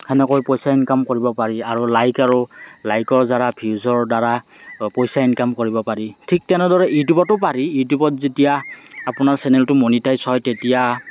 সেনেকৈ পইচা ইনকাম কৰিব পাৰি আৰু লাইক আৰু লাইকৰ দ্বাৰা ভিউজৰ দ্বাৰা পইচা ইনকাম কৰিব পাৰি ঠিক তেনেদৰে ইউটিউবটো পাৰি ইউটিউবত যেতিয়া আপোনাৰ চেনেলটো মনিটাইজ হয় তেতিয়া